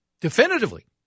definitively